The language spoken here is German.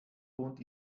wohnt